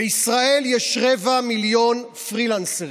בישראל יש רבע מיליון פרילנסרים,